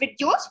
videos